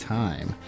time